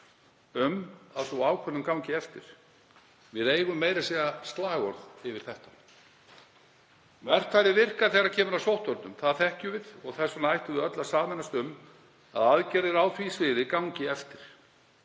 um að ákvörðunin gangi eftir. Við eigum meira að segja slagorð yfir þetta. Verkfærið virkar þegar kemur að sóttvörnum. Það þekkjum við og þess vegna ættum við öll að sameinast um að aðgerðir á því sviði gangi eftir.